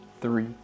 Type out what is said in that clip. three